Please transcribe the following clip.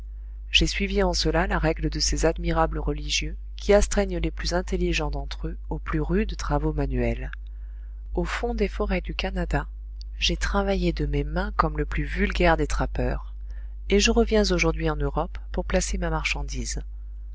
j'ai suivi en cela la règle de ces admirables religieux qui astreignent les plus intelligents d'entre eux aux plus rudes travaux manuels au fond des forêts du canada j'ai travaillé de mes mains comme le plus vulgaire des trappeurs et je reviens aujourd'hui en europe pour placer ma marchandise